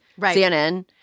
CNN